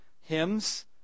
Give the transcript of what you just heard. hymns